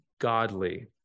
godly